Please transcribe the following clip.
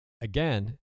again